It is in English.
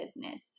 business